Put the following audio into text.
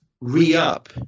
re-up